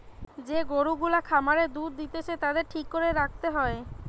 যে গরু গুলা খামারে দুধ দিতেছে তাদের ঠিক করে রাখতে হয়